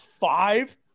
five